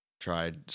tried